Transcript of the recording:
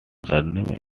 surname